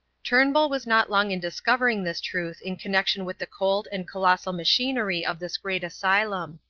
turnbull was not long in discovering this truth in connexion with the cold and colossal machinery of this great asylum.